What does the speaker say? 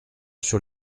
sur